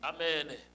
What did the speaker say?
Amen